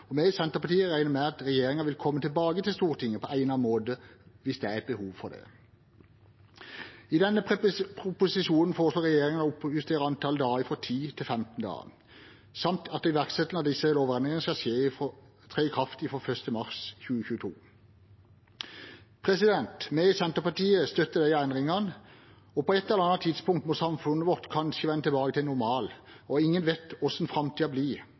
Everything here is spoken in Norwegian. Vi i Senterpartiet regner med at regjeringen vil komme tilbake til Stortinget på egnet måte hvis det er behov for det. I denne proposisjonen foreslår regjeringen å justere antall dager fra 10 til 15 samt at disse lovendringene skal tre i kraft fra mars 2022. Vi i Senterpartiet støtter disse endringene, og på et eller annet tidspunkt må samfunnet vårt kanskje vende tilbake til normalen. Ingen vet hvordan framtiden blir,